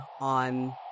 on